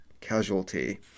casualty